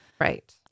right